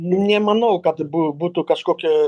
nemanau kad bū būtų kažkokių